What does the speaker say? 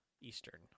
Eastern